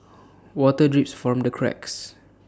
water drips from the cracks